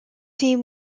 team